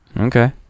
Okay